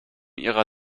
ihrer